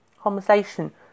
conversation